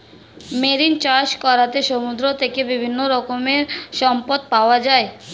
marine চাষ করাতে সমুদ্র থেকে বিভিন্ন রকমের সম্পদ পাওয়া যায়